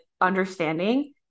understanding